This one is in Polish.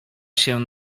się